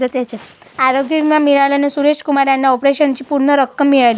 आरोग्य विमा मिळाल्याने सुरेश कुमार यांना ऑपरेशनची पूर्ण रक्कम मिळाली